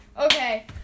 Okay